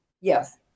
Yes